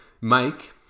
mike